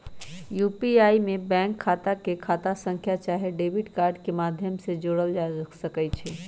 UPI में bank खता के खता संख्या चाहे डेबिट कार्ड के माध्यम से जोड़ल जा सकइ छै